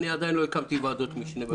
עדיין לא הקמתי ועדות משנה.